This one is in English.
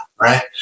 right